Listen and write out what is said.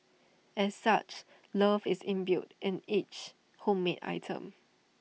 as such love is imbued in each homemade item